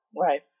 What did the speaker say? Right